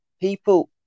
people